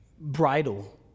bridle